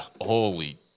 holy